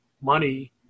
money